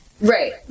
right